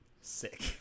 Sick